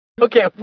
Okay